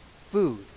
food